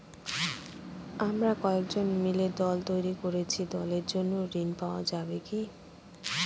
আমরা কয়েকজন মিলে দল তৈরি করেছি দলের জন্য ঋণ পাওয়া যাবে কি?